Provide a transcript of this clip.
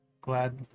glad